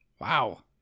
Wow